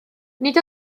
nid